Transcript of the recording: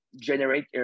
generate